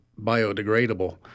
biodegradable